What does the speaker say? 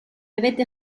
avete